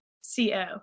C-O